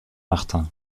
martin